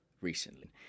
recently